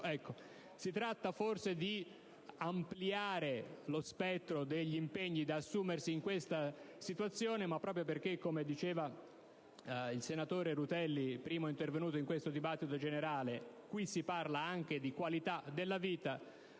Si tratta, forse, di ampliare lo spettro degli impegni da assumersi in questa situazione, ma proprio perché, come diceva il senatore Rutelli, primo intervenuto in questa discussione generale, qui si parla anche di qualità della vita,